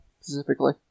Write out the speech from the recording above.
specifically